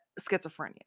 schizophrenia